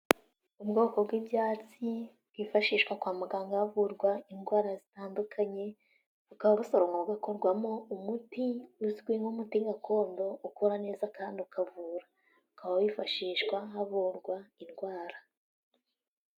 Ubwoko bw'ibyatsi bwifashishwa kwa muganga havurwa indwara zitandukanye, bukaba busoromwa bugakorwamo umuti uzwi nk'umuti gakondo, ukora neza kandi ukavura, ukaba wifashishwa havurwa indwara.